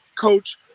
coach